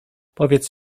powiedz